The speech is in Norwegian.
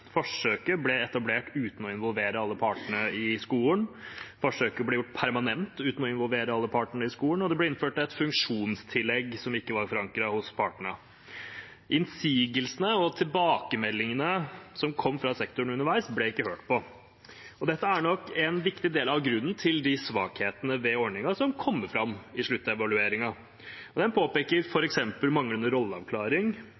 Forsøket ble etablert uten å involvere alle partene i skolen, forsøket ble gjort permanent uten å involvere alle partene i skolen, og det ble innført et funksjonstillegg som ikke var forankret hos partene. Innsigelsene og tilbakemeldingene som kom fra sektoren underveis, ble ikke lyttet til. Dette er nok en viktig del av grunnen til de svakhetene ved ordningen som kom fram i sluttevalueringen. Den påpeker